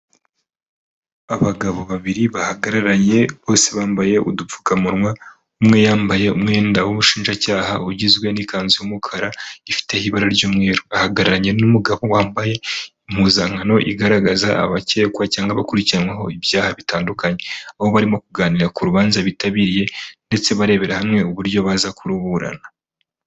Abagabo babiri bahagararanye bose bambaye udupfukamunwa, umwe yambaye umwenda w'ubushinjacyaha ugizwe n'ikanzu y'umukara, ifite ibara ry'umweru, ahagararanye n'umugabo wambaye impuzankano igaragaza abakekwa cyangwa bakurikiranyweho ibyaha bitandukanye, aho barimo kuganira ku rubanza bitabiriye ndetse barebera hamwe uburyo baza kuruburana.